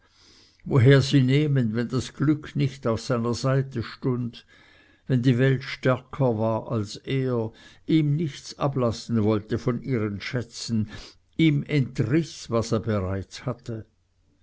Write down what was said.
woher sie nehmen wenn das glück nicht auf seiner seite stund wem die welt stärker war als er ihm nichts ablassen wollte von ihren schätzen ihm entriß was er bereits hatte